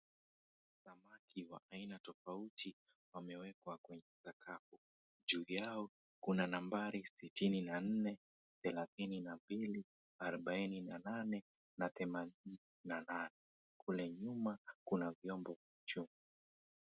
...wa aina tofauti wamewekwa kwenye sakafu. Juu yao kuna nambari 64, 32, 48 na 88. Kule nyuma kuna vyombo vya chuma.